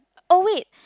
oh wait